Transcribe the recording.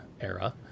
era